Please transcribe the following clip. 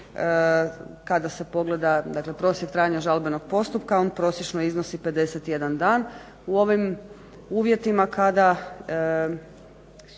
kada se pogleda dakle prosjek trajanja žalbenog postupka on prosječno iznosi 51 dan.